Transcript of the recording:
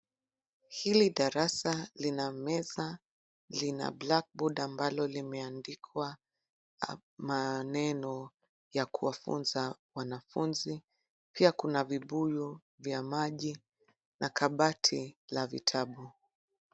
Hili darasa lina meza. Lina black board ambayo imeandikwa maneno ya kuwafunza wanafunzi. Pia kuna vibuyu vya maji na kabati la vitabu.